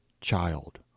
child